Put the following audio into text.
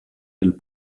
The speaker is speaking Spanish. del